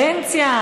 קדנציה?